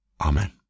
Amen